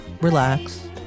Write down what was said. relax